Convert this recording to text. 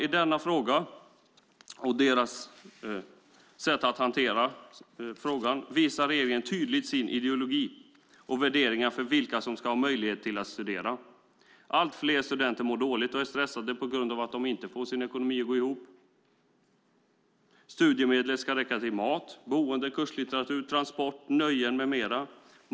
I sitt sätt att hantera denna fråga visar regeringen tydligt ideologi och värderingar vad gäller vilka som ska ha möjlighet att studera. Allt fler studenter mår dåligt och är stressade på grund av att de inte får sin ekonomi att gå ihop. Studiemedlet ska räcka till mat, boende, kurslitteratur, transport, nöjen med mera.